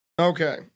Okay